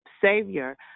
savior